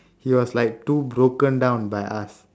he was like too broken down by us